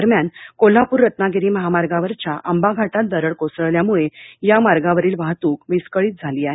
दरम्यान कोल्हापूर रत्नागिरी महामार्गावरच्या आंबा घाटात दरड कोसळल्यामुळे या मार्गावरील वाहतूक विस्कळीत झाली आहे